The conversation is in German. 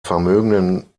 vermögenden